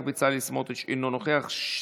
אינו נוכח,